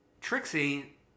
Trixie